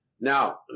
Now